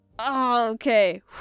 Okay